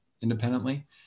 independently